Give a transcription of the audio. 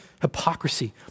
hypocrisy